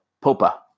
Popa